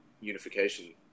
unification